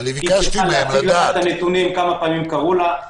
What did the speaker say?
היא צריכה לדעת את הנתונים כמה פעמים קראו לה,